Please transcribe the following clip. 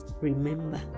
Remember